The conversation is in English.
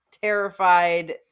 terrified